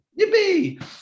yippee